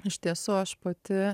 iš tiesų aš pati